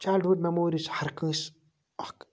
child hood memories چھِ ہَر کٲنٛسہِ اَکھ